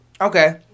okay